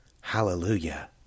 Hallelujah